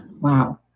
Wow